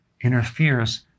interferes